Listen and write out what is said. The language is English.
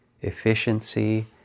efficiency